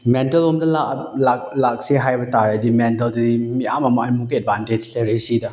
ꯃꯦꯟꯇꯦꯜꯂꯣꯝꯗ ꯂꯥꯛꯁꯦ ꯍꯥꯏꯕ ꯇꯥꯔꯗꯤ ꯃꯦꯟꯇꯦꯜꯗꯗꯤ ꯃꯤ ꯃꯌꯥꯝ ꯑꯃ ꯑꯃꯨꯛꯀ ꯑꯦꯠꯕꯥꯟꯇꯦꯖ ꯂꯩꯔꯛꯏ ꯁꯤꯗ